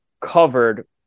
covered